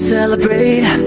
Celebrate